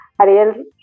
Ariel